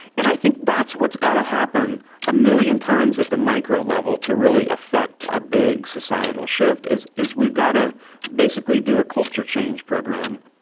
and i think that's what's gonna happen a million times at the micro level to really affect a big societal shift is is we've got to basically do a culture change program.